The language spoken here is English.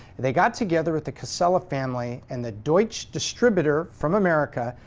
they got together with the casella family and the deutsch distributor from america,